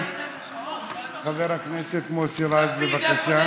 חבר הכנסת מוסי רז, בבקשה.